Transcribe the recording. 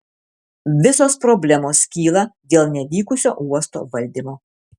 visos problemos kyla dėl nevykusio uosto valdymo